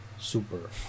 super